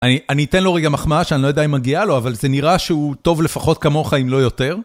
אני אתן לו רגע מחמאה שאני לא יודע אם מגיעה לו, אבל זה נראה שהוא טוב לפחות כמוך אם לא יותר.